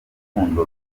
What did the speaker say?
n’urukundo